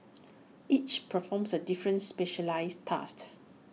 each performs A different specialised task